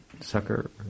sucker